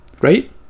right